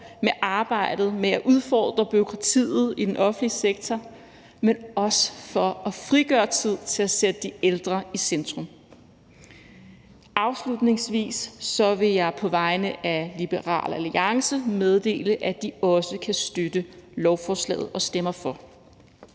med arbejdet med at udfordre bureaukratiet i den offentlige sektor, men også for at frigøre tid til at sætte de ældre i centrum. Afslutningsvis vil jeg på vegne af Liberal Alliance meddele, at de også kan støtte lovforslaget og vil stemme for.